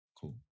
cool